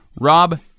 Rob